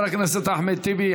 תודה לחבר הכנסת אחמד טיבי.